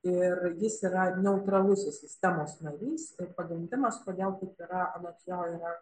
ir jis yra neutralusis sistemos narys ir pagrindimas kodėl taip yra anot jo yra